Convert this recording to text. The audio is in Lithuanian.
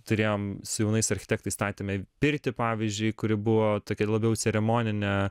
turėjom su jaunais architektais statėme pirtį pavyzdžiui kuri buvo tokia labiau ceremoninė